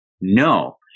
No